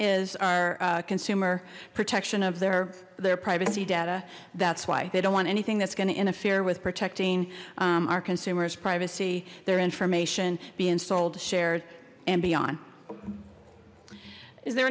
is our consumer protection of their their privacy data that's why they don't want anything that's going to interfere with protecting our consumers privacy their information being sold shared and beyond is there